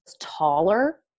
taller